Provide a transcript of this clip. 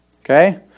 Okay